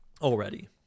Already